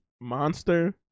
monster